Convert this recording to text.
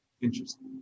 Interesting